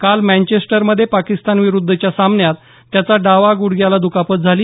काल मँचेस्टरमध्ये पाकिस्तान विरुद्धच्या सामन्यात त्याचा डावा गुंडघा दुखावला होता